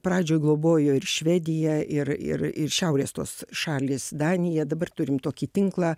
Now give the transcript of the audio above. pradžioj globojo ir švedija ir ir ir šiaurės tos šalys danija dabar turim tokį tinklą